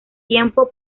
tiempo